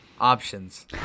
Options